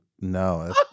no